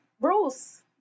Bruce